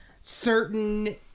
certain